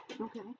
Okay